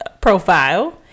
profile